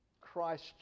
Christ